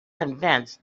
convince